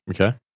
Okay